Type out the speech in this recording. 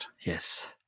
yes